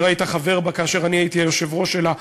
היית חבר בה ואני הייתי היושב-ראש שלה,